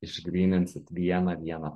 išgryninsit vieną vieną